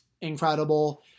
incredible